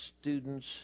students